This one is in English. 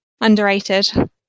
underrated